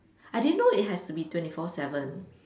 I didn't know it has to be twenty four seven